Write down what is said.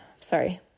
sorry